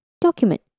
document